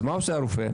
אז מה עושה הרופא?